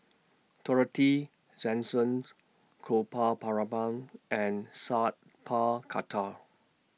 Dorothy Gopal Baratham and Sat Pal Khattar